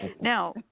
Now